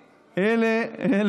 אישית.